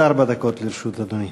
עד ארבע דקות לרשות אדוני.